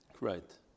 Right